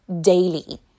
daily